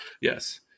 yes